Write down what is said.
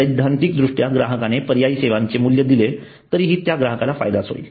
सैद्धांतिक दृष्ट्या ग्राहकाने पर्यायी सेवांचे मूल्य दिले तरीही त्या ग्राहकाला फायदाच होईल